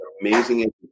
amazing